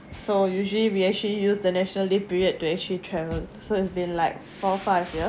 so usually we actually use the national day period to actually travel so it's been like four five years